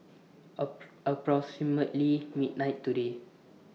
approximately midnight today